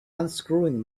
unscrewing